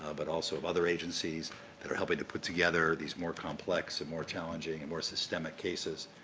ah but also of other agencies that are helping to put together these more complex and more challenging and more systemic cases.